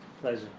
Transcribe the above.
Pleasure